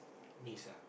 miss ah